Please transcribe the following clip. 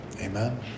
Amen